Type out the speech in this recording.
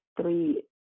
three